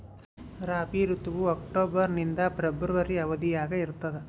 ರಾಬಿ ಋತುವು ಅಕ್ಟೋಬರ್ ನಿಂದ ಫೆಬ್ರವರಿ ಅವಧಿಯಾಗ ಇರ್ತದ